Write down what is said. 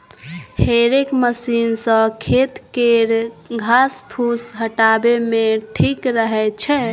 हेरेक मशीन सँ खेत केर घास फुस हटाबे मे ठीक रहै छै